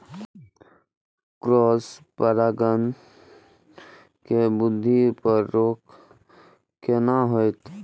Cross परागण के वृद्धि पर रोक केना होयत?